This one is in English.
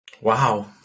Wow